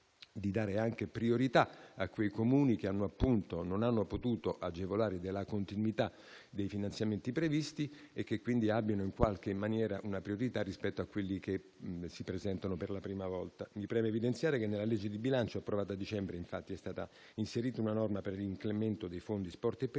di dare priorità a quei Comuni che non hanno potuto beneficiare della continuità dei finanziamenti previsti e che quindi hanno la precedenza rispetto a quelli che si presentano per la prima volta. Mi preme evidenziare che nella legge di bilancio, approvata a dicembre, è stata inserita una norma per l'incremento dei fondi «Sport e periferie»